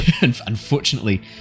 unfortunately